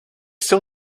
still